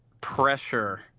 pressure